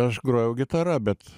aš grojau gitara bet